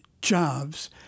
jobs